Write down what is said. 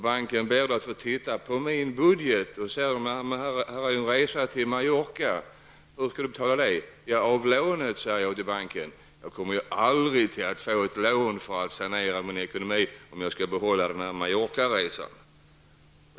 Banken ber att få se min budget och finner då där en resa till Mallorca. Om banken frågar hur jag tänker betala den och jag svarar att det skall ske med lånet, kommer jag aldrig att få ett lån ''för att sanera min ekonomi''.